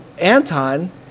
anton